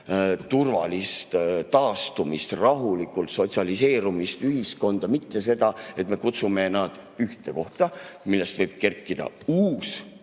turvalist taastumist, rahulikult sotsialiseerumist ühiskonda, mitte seda, et me kutsume nad ühte kohta, millest võib kerkida uus